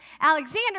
Alexander